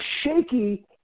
shaky